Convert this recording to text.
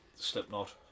Slipknot